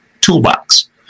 toolbox